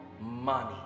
money